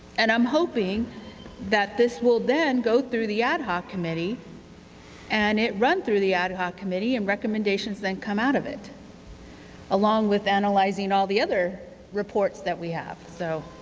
and i'm hoping that this will then go through the ad hoc committee and it run through the ad hoc committee and recommendations then come out of it along with analyzing all of the other reports that we have. so